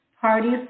Parties